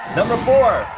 number four.